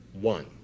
one